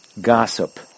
gossip